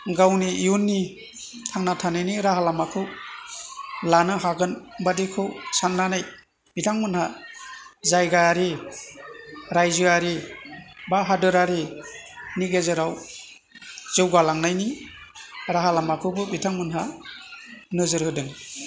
गावनि इयुननि थांना थानायनि राहा लामाखौ लानो हागोन बादिखौ साननानै बिथांमोनहा जायगायारि रायजोआरि बा हादोरारिनि गेजेराव जौगालांनायनि राहा लामाखौबो बिथांमोनहा नोजोर होदों